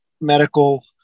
medical